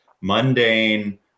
mundane